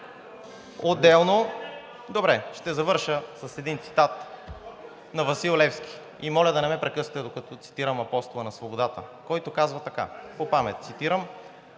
изтекло.) Добре, ще завърша с един цитат на Васил Левски и моля да не ме прекъсвате, докато цитирам Апостола на свободата, който казва така – по памет цитирам: